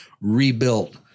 rebuilt